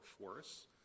force